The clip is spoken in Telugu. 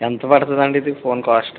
ఎంత పడుతుందండి ఇది ఫోన్ కాస్టు